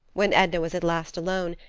when edna was at last alone,